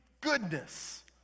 goodness